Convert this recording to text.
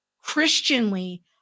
Christianly